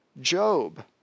Job